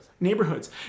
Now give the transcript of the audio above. neighborhoods